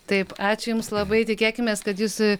taip ačiū jums labai tikėkimės kad jis